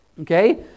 Okay